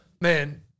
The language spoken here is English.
Man